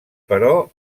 però